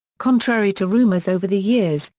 contrary to rumours over the years,